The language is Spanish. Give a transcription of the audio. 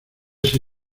sin